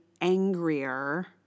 angrier